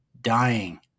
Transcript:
Dying